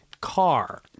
car